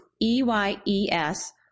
E-Y-E-S